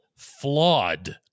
Flawed